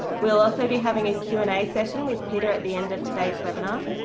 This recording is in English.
we'll also be having a q and a session with peter at the end of today's webinar.